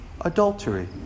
Adultery